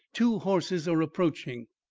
two horses are approaching.